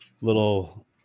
little